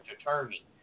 attorney